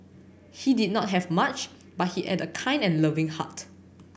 he did not have much but he had a kind and loving heart